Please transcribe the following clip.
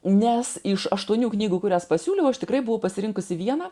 nes iš aštuonių knygų kurias pasiūliau aš tikrai buvau pasirinkusi vieną